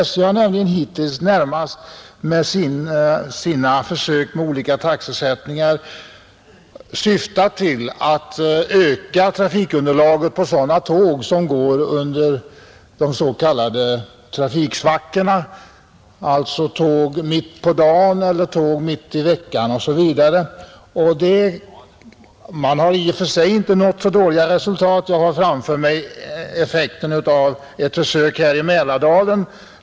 SJ har nämligen hittills med sina försök med olika taxesättningar närmast syftat till att öka trafikunderlaget på sådana tåg som går under de s.k. trafiksvackorna, alltså tåg mitt på dagen, tåg mitt i veckan osv. Man har i och för sig inte nått så dåliga resultat. Jag har framför mig en uppgift om resultatet av ett försök i Mälardalen.